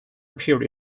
appeared